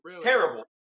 terrible